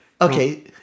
Okay